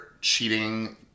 cheating